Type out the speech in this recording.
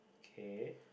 okay